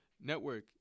network